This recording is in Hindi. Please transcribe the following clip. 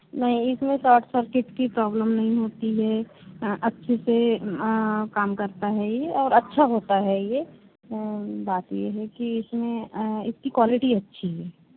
नहीं इसमें सोट सर्किट की प्रॉब्लम नहीं होती है अच्छे से काम करता है ये और अच्छा होता है ये बाकि देखिए इसमें इसकी कवालिटी अच्छी है